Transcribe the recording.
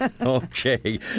Okay